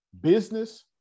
Business